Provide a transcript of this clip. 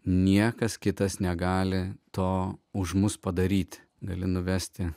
niekas kitas negali to už mus padaryti gali nuvesti